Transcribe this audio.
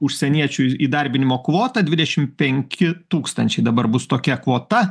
užsieniečių įdarbinimo kvotą dvidešimt penki tūkstančiai dabar bus tokia kvota